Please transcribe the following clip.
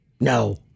No